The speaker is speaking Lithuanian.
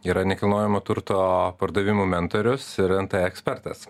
yra nekilnojamo turto pardavimų mentorius ir nt ekspertas